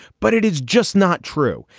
but it is just not true.